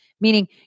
meaning